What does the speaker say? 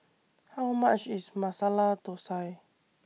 How much IS Masala Thosai